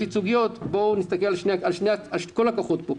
ייצוגיות בואו נסתכל על כל הכוחות פה.